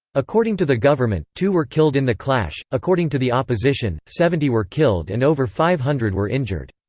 according to the government, two were killed in the clash according to the opposition, seventy were killed and over five hundred were injured.